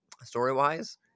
Story-wise